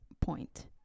point